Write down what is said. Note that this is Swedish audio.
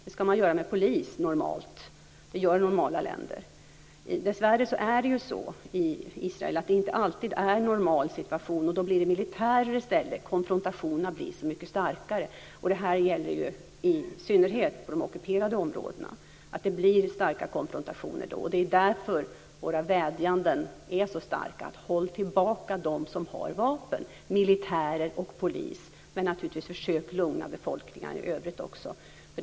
Det ska man normalt göra med polis. Det gör normala länder. Dessvärre är det inte alltid en normal situation i Israel, och då blir det militärer i stället, och konfrontationerna blir så mycket starkare. Det gäller i synnerhet på de ockuperade områdena att det blir starka konfrontationer. Det är därför våra vädjanden är så starka om att man ska hålla tillbaka dem som har vapen - militärer och poliser - och naturligtvis också försöka lugna befolkningen i övrigt.